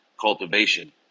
cultivation